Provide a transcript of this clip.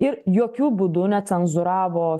ir jokiu būdu necenzūravo